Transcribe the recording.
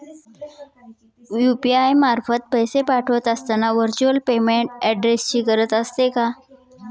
UPI मार्फत पैसे पाठवत असताना व्हर्च्युअल पेमेंट ऍड्रेसची गरज असते का?